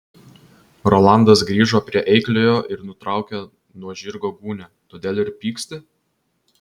rolandas grįžo prie eikliojo ir nutraukė nuo žirgo gūnią todėl ir pyksti